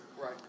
right